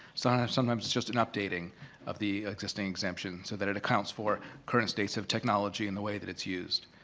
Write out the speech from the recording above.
so sometimes it's just an updating of the existing exemption so that it accounts for current states of technology and the way that it's used.